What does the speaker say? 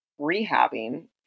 rehabbing